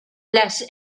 less